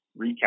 recap